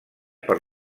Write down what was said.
per